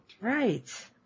Right